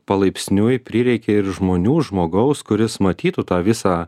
palaipsniui prireikia ir žmonių žmogaus kuris matytų tą visą